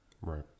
Right